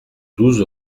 douze